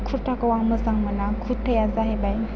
खुर्थाखौ आं मोजां मोना खुर्थाया बाहायबाय